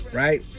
right